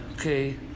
okay